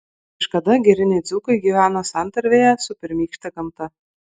kažkada giriniai dzūkai gyveno santarvėje su pirmykšte gamta